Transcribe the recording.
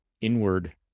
inward